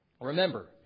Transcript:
remember